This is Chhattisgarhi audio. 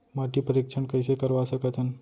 माटी परीक्षण कइसे करवा सकत हन?